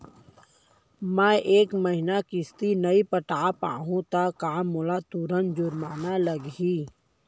मैं ए महीना किस्ती नई पटा पाहू त का मोला तुरंत जुर्माना लागही?